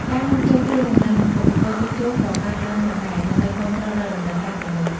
ការនាំចូលគ្រឿងបន្លាស់ និងឧបករណ៍ជួសជុលក៏កើនឡើងផងដែរ ដើម្បីគាំទ្រដល់តម្រូវការទាំងនោះ។